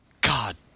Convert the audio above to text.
God